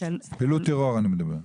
פעילות טרור.